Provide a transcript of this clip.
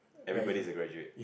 everybody has graduate